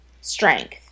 strength